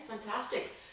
fantastic